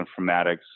informatics